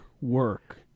work